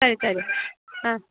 ಸರಿ ಸರಿ ಹಾಂ